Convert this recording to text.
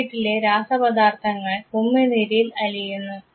ചോക്ലേറ്റിലെ രാസപദാർത്ഥങ്ങൾ ഉമിനീരിൽ അലിയുന്നു